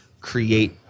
create